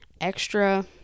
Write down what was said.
extra